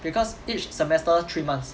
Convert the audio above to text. because each semester three months